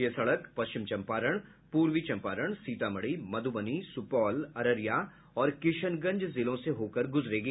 यह सड़क पश्चिम चम्पारण पूर्वी चम्पारण सीतामढ़ी मधुबनी सुपौल अररिया और किशनगंज जिलों से होकर गुजरेगी